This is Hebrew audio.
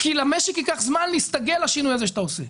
כי למשק ייקח זמן להסתגל לשינוי הזה שאתה עושה.